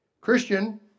Christian